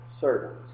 servants